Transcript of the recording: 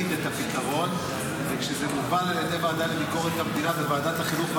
את הפתרון וכשזה מובן על ידי הוועדה לביקורת המדינה וועדת החינוך,